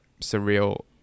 surreal